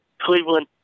Cleveland